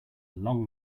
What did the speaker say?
long